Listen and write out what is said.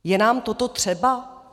Je nám toto třeba?